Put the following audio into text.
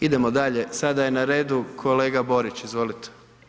Idemo dalje, sada je na redu kolega Borić, izvolite.